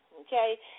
Okay